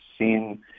seen